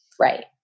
Right